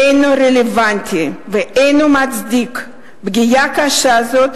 אינו רלוונטי ואינו מצדיק פגיעה קשה זו,